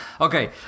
okay